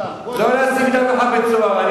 תשים אותם בבית-סוהר, כולם.